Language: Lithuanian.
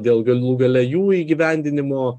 dėl galų gale jų įgyvendinimo